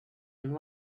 and